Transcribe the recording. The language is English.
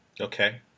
Okay